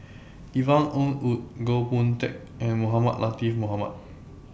Yvonne Ng Uhde Goh Boon Teck and Mohamed Latiff Mohamed